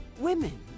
women